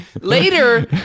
Later